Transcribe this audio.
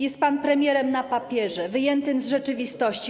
Jest pan premierem na papierze, wyjętym z rzeczywistości.